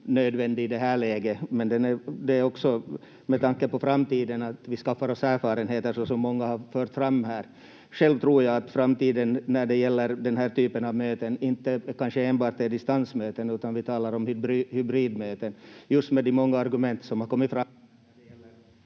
nödvändig i det här läget, men det är också med tanke på framtiden, att vi skaffar oss erfarenheter, såsom många har fört fram här. Själv tror jag att framtiden när det gäller den här typen av möten inte kanske enbart är distansmöten, utan vi talar om hybridmöten, just med de många argument som har kommit fram